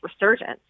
resurgence